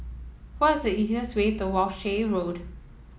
what is the easiest way to Walshe Road